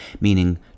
meaning